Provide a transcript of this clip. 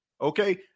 Okay